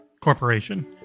Corporation